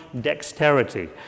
dexterity